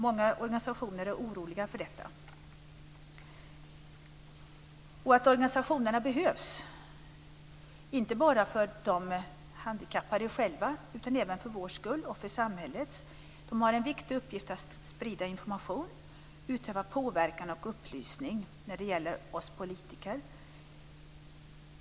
Många organisationer är oroliga inför detta. Dessa organisationer behövs, inte bara för de handikappade själva utan även för vår och hela samhällets skull. De har en viktig uppgift att sprida information, utöva påverkan och upplysning när det gäller oss politiker.